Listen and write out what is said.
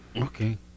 Okay